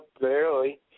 barely